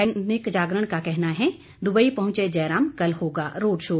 दैनिक जागरण का कहना है दुबई पहुंचे जयराम कल होगा रोड शो